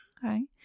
Okay